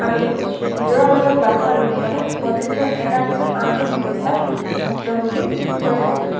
আমি ভিতৰুৱা অঞ্চলত বাস কৰা লোকসকলে প্ৰতিদিনে এটাৰ পিছত আনটো সমস্যাত ভুক্তভোগী হৈ থাকোঁ